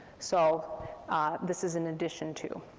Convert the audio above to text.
so this is in addition to.